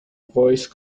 voice